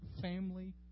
family